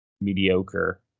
mediocre